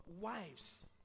wives